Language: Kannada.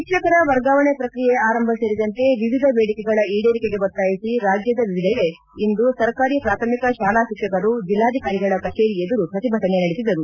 ಶಿಕ್ಷಕರ ವರ್ಗಾವಣೆ ಪ್ರಕ್ರಿಯೆ ಆರಂಭ ಸೇರಿದಂತೆ ವಿವಿಧ ದೇಡಿಕೆಗಳ ಈಡೇರಿಕೆಗೆ ಒತ್ತಾಯಿಸಿ ರಾಜ್ಯದ ವಿವಿಧೆಡೆ ಇಂದು ಸರ್ಕಾರಿ ಪ್ರಾಥಮಿಕ ಶಾಲಾ ಶಿಕ್ಷಕರು ಜೆಲ್ಲಾಧಿಕಾರಿಗಳ ಕಚೇರಿ ಎದುರು ಪ್ರತಿಭಟನೆ ನಡೆಸಿದರು